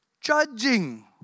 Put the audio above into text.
Judging